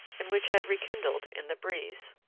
and which had rekindled in the breeze.